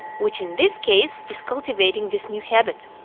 which in this case is cultivating this new habit.